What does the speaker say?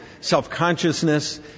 self-consciousness